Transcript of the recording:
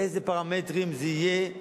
באילו פרמטרים זה יהיה,